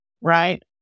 right